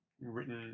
Written